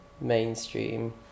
mainstream